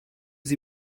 sie